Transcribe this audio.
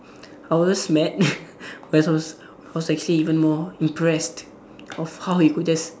I was mad but I was I was actually even more impressed of how he could just